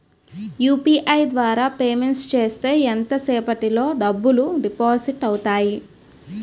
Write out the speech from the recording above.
UPI ద్వారా payment చేస్తే ఎంత సేపటిలో డబ్బులు డిపాజిట్ అవుతాయి?